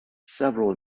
several